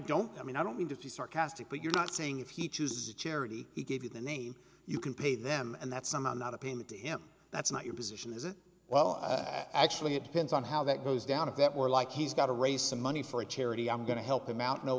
don't i mean i don't mean to be sarcastic but you're not saying if he chooses a charity he gave you the name you can pay them and that's somehow not a payment him that's not your position is it well actually it depends on how that goes down a bit more like he's got to raise some money for a charity i'm going to help him out no